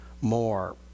more